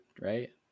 right